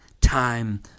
time